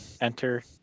enter